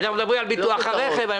אנחנו מדברים על ביטוח הרכב, אנחנו